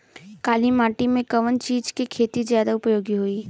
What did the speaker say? काली माटी में कवन चीज़ के खेती ज्यादा उपयोगी होयी?